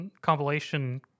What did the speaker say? compilation